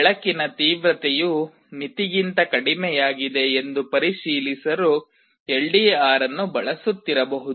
ಬೆಳಕಿನ ತೀವ್ರತೆಯು ಮಿತಿಗಿಂತ ಕಡಿಮೆಯಾಗಿದೆ ಎಂದು ಪರಿಶೀಲಿಸಲು LDR ಅನ್ನು ಬಳಸುತ್ತಿರಬಹುದು